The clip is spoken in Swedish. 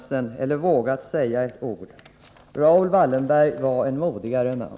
Han tycks inte ha vågat säga ett ord. Jag beklagar det. Raoul Wallenberg var en modigare man.